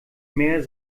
mehr